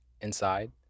inside